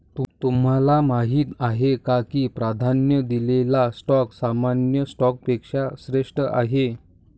तुम्हाला माहीत आहे का की प्राधान्य दिलेला स्टॉक सामान्य स्टॉकपेक्षा श्रेष्ठ आहे?